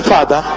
Father